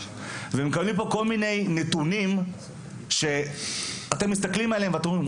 ומקבלים פה כל מיני נתונים שאתם מסתכלים עליהם ואתם אומרים,